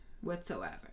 whatsoever